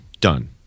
done